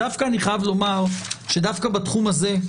אני חייב לומר שדווקא בתחום הזה,